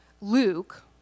Luke